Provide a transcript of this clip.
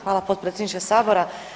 Hvala, potpredsjedniče Sabora.